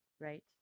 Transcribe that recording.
right